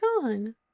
gone